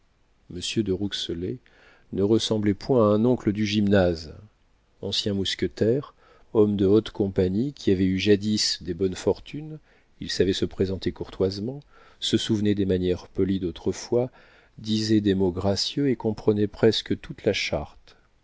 de rouxellay ne ressemblait point à un oncle du gymnase ancien mousquetaire homme de haute compagnie qui avait eu jadis des bonnes fortunes il savait se présenter courtoisement se souvenait des manières polies d'autrefois disait des mots gracieux et comprenait presque toute la charte